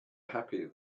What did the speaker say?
happy